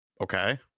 okay